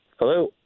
Hello